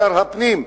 שר הפנים,